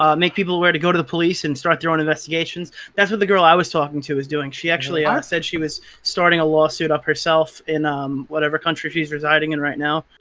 um make people aware to go to the police and start their own investigations, that's what the girl i was talking to is doing. she actually said she was starting a lawsuit up herself in um whatever country she is residing in right now,